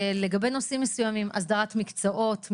לגבי נושאים מסוימים: הסדרת מקצועות,